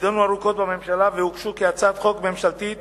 נדונו ארוכות בממשלה והוגשו כהצעת חוק ממשלתית